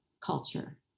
culture